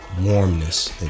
warmness